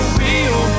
real